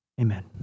Amen